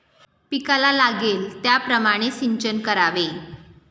पिकाला लागेल त्याप्रमाणे सिंचन करावे